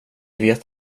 vet